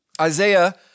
Isaiah